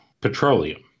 petroleum